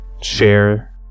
share